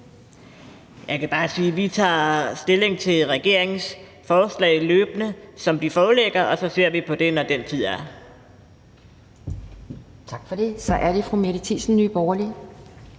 Jeg kan bare sige, at vi tager stilling til regeringens forslag løbende, som de foreligger, og så ser vi på det, når den tid kommer. Kl. 17:44 Anden næstformand